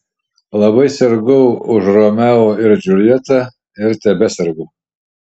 labai sirgau už romeo ir džiuljetą ir tebesergu